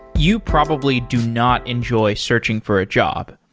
you probably do not enjoy searching for a job.